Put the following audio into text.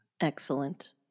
Excellent